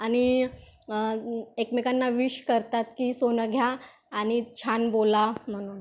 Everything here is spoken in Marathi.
आणि एकमेकांना विश करतात की सोनं घ्या आणि छान बोला म्हणून